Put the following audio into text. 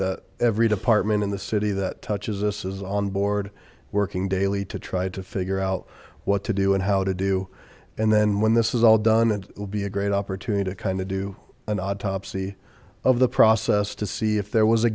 that every department in the city that touches us is on board working daily to try to figure out what to do and how to do and then when this is all done it'll be a great opportunity to kind of do an autopsy of the process to see if there was a